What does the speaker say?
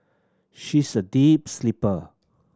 she's a deep sleeper